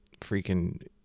freaking